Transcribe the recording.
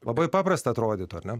labai paprasta atrodytų ar ne